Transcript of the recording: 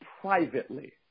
privately